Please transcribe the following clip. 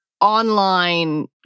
online